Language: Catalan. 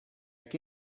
qui